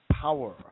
power